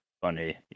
funny